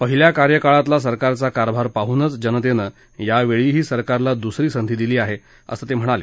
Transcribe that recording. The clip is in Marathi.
पहिल्या कार्यकाळातला सरकारचा कारभार पाहूनच जनतेनं यावेळीही सरकारला दुसरी संधी दिली आहे असंही ते म्हणाले